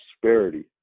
prosperity